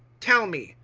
tell me,